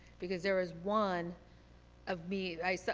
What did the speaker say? because there was one of me, i so